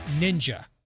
ninja